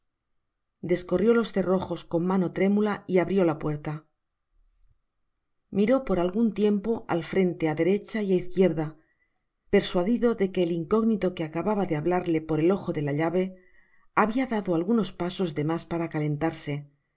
descorrió los cerrojos con mano trémula y abrió la puerta miró por algun tiempo al frente á derecha y á izquierda persuadido de que el incógnito que acababa de hablarle por el ojo de la llave habia dado algunos pasos de mas para calentarse